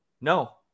No